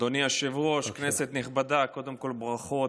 אדוני היושב-ראש, כנסת נכבדה, קודם כול, ברכות